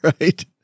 Right